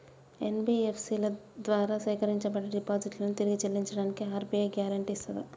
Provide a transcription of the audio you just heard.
NBFC ల ద్వారా సేకరించబడ్డ డిపాజిట్లను తిరిగి చెల్లించడానికి ఆర్.బి.ఐ గ్యారెంటీ ఇస్తదా?